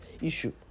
issue